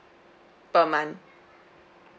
per month